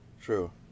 True